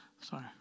Sorry